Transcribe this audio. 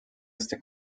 este